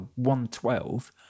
112